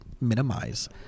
minimize